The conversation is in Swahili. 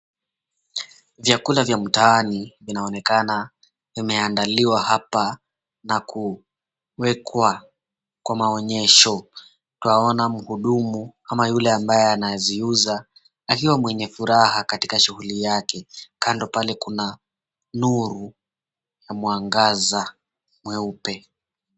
Vyakula vya mtaani vinaonekana vimeandaliwa hapa na kuwekwa kwa maonyesho. Twaona mhudumu ama yule ambaye anaziuza akiwa mwenye furaha katika shughuli yake kando pale kuna nuru ya mwangaza mweupe.